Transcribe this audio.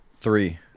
Three